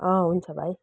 अँ हुन्छ भाइ